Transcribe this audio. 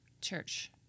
church